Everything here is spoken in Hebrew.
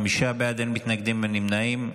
חמישה בעד, אין מתנגדים, אין נמנעים.